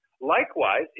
Likewise